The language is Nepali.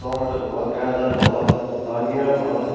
टमाटर भयो गाजर भयो धनिया भयो